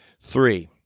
Three